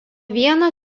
vieną